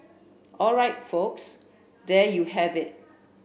all right folks there you have it